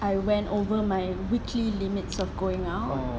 I went over my weekly limits of going out